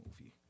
movie